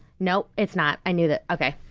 no, it's not. i knew that okay.